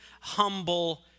humble